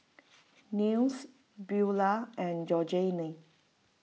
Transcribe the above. Nils Beula and Georgene